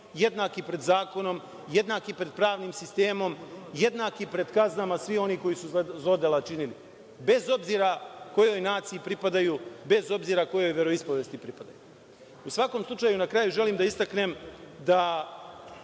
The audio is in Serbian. jednaki pred zakonom, jednaki pred pravnim sistemom, jednaki pred kaznama svih onih koji su zlodela činili, bez obzira kojoj naciji pripadaju, bez obzira kojoj veroispovesti pripadaju.U svakom slučaju, na kraju želim da istaknem da